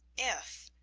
if,